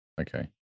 okay